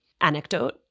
anecdote